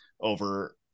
over